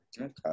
Okay